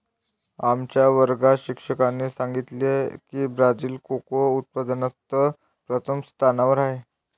आमच्या वर्गात शिक्षकाने सांगितले की ब्राझील कोको उत्पादनात प्रथम स्थानावर आहे